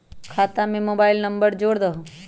खाता में mobile number जोड़ दहु?